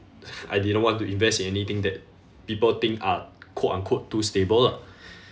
I didn't want to invest in anything that people think are quote unquote too stable lah